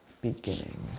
beginning